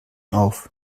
auf